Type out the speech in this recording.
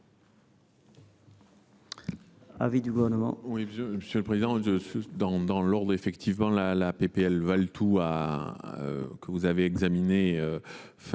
l’avis du Gouvernement.